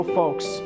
folks